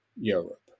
Europe